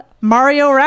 Mario